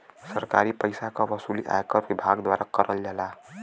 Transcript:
सरकारी पइसा क वसूली आयकर विभाग द्वारा करल जाला